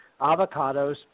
avocados